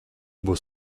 būtu